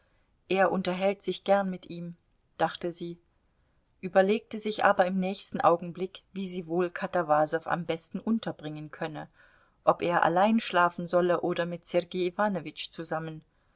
er unterhält sich gern mit ihm dachte sie überlegte sich aber im nächsten augenblick wie sie wohl katawasow am besten unterbringen könne ob er allein schlafen solle oder mit sergei iwanowitsch zusammen